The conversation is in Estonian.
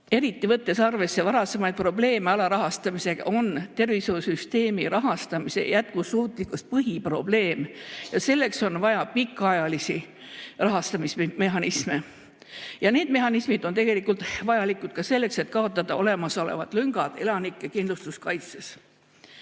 eriti võttes arvesse varasemaid probleeme alarahastamisega, on tervishoiusüsteemi rahastamise jätkusuutlikkus põhiprobleem ja selleks on vaja pikaajalisi rahastamismehhanisme. Need mehhanismid on tegelikult vajalikud ka selleks, et kaotada olemasolevad lüngad elanike kindlustuskaitses.